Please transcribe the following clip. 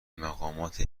مقامات